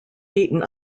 beaten